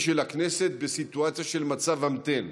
של הכנסת בסיטואציה של "מצב המתן",